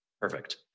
Perfect